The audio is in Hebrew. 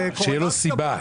שתהיה לו סיבה.